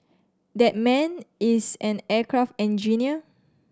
that man is an aircraft engineer